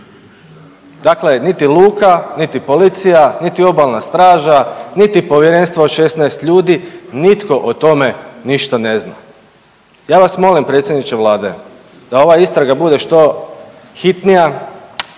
Dakle, niti luka, niti policija, niti obalna straža, niti povjerenstvo od 16 ljudi, nitko o tome ništa ne zna. Ja vas molim predsjedniče Vlade da ova istraga bude što hitnija,